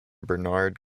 barnard